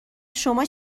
شما